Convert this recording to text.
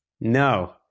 No